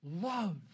loves